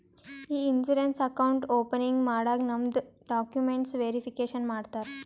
E insurance account opening ಮಾಡಾಗ್ ನಮ್ದು documents verification ಮಾಡ್ತಾರ